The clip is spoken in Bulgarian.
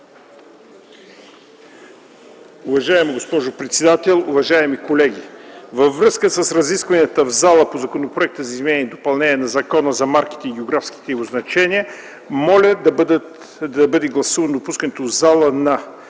Уважаема госпожо председател, уважаеми колеги! Във връзка с разискванията в залата по Законопроекта за изменение и допълнение на Закона за марките и географските означения моля да бъде гласувано допускането в залата